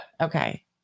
okay